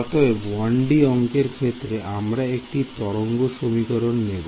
অতএব 1D অংকের ক্ষেত্রে আমরা একটি তরঙ্গ সমীকরণ নেব